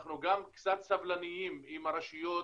אנחנו גם קצת סבלניים עם הרשויות,